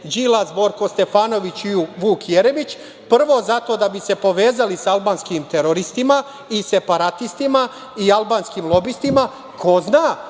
Đilas, Borko Stefanović i Vuk Jeremić, prvo zato da bi se povezali sa albanskim teroristima i separatistima i albanskim lobistima. Ko zna,